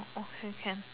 okay can